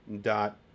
dot